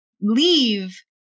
leave